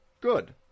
Good